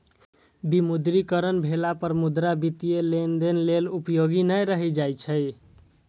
विमुद्रीकरण भेला पर मुद्रा वित्तीय लेनदेन लेल उपयोगी नै रहि जाइ छै